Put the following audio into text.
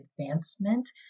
advancement